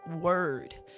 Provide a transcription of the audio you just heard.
word